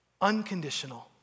unconditional